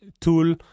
tool